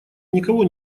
никого